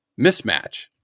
mismatch